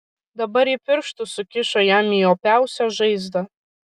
dabar ji pirštus sukišo jam į opiausią žaizdą